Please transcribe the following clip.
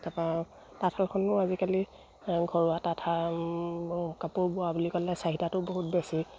তাপা তাঁতশালখনো আজিকালি ঘৰুৱা তাঁতশাল কাপোৰ বোৱা বুলি ক'লে চাহিদাটো বহুত বেছি